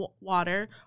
water